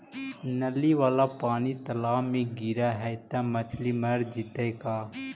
नली वाला पानी तालाव मे गिरे है त मछली मर जितै का?